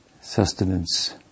sustenance